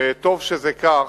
וטוב שזה כך,